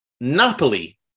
Napoli